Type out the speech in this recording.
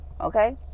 Okay